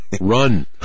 Run